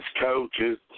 coaches